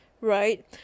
right